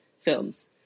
films